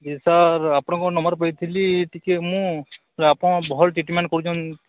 ଯେ ସାର୍ ଆପଣଙ୍କ ନମ୍ବର୍ ପାଇଥିଲି ଟିକେ ମୁଁ ଆପଣ ଭଲ୍ ଟ୍ରିଟମେଣ୍ଟ୍ କରୁଛନ୍ତି